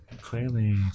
Clearly